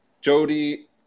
Jody